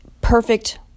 perfect